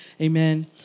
amen